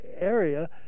area